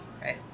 right